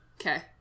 okay